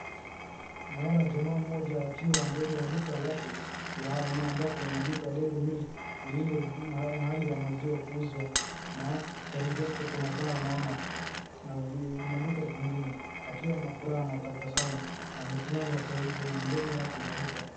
Naona jamaa mmoja akiwa mbele ya duka lake yaani hapo imeandikwa Dairy Milk ni ile mahali ya maziwa kuuzwa, na karibu yake kuna baa naona na maduka zingine akiwa na furaha na tabasamu amesimama karibu na mbele yake ya duka.